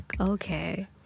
Okay